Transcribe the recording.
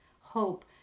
hope